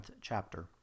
chapter